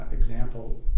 Example